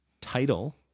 title